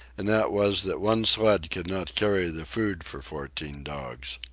and that was that one sled could not carry the food for fourteen dogs.